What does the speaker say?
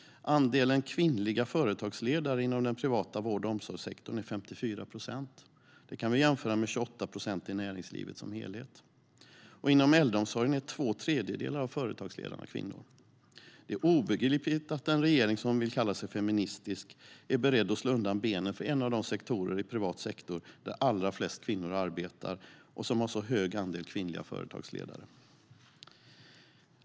Andelen kvinnliga företagsledare inom den privata vård och omsorgssektorn är 54 procent. Det kan vi jämföra med 28 procent i näringslivet som helhet. Inom äldreomsorgen är två tredjedelar av företagsledarna kvinnor. Det är obegripligt att en regering som vill kalla sig feministisk är beredd att slå undan benen för en av de sektorer i privat sektor där allra flest kvinnor arbetar och där det är en så hög andel kvinnliga företagsledare.